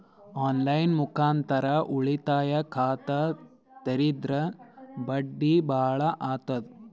On line ಮುಖಾಂತರ ಉಳಿತಾಯ ಖಾತ ತೇರಿದ್ರ ಬಡ್ಡಿ ಬಹಳ ಅಗತದ?